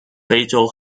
非洲